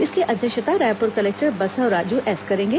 इसकी अध्यक्षता Raipur collector Basavaraju S करेंगे